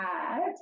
add